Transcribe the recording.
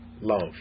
love